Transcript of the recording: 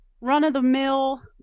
run-of-the-mill